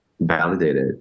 validated